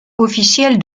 officielle